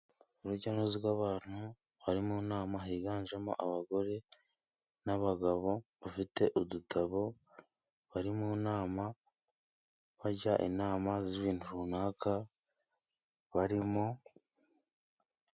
Urujya n'uruza rw'abantu bari mu nama higanjemo abagore n'abagabo, bafite udutabo bari mu nama bajya inama z'ibintu runaka barimo.